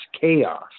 Chaos